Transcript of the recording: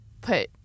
put